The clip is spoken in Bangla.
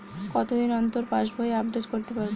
কতদিন অন্তর পাশবই আপডেট করতে পারব?